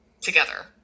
together